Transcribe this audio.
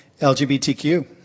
LGBTQ